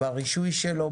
ברישוי שלו,